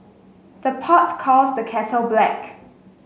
the pot calls the kettle black